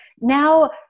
now